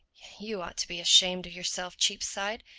you ought to be ashamed of yourself, cheapside.